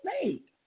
snake